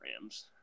Rams